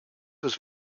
was